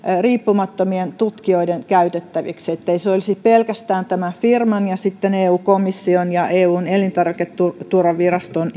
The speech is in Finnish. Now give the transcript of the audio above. riippumattomien tutkijoiden käytettäväksi ettei se olisi pelkästään ikään kuin tämän firman ja eu komission ja eun elintarviketurvaviraston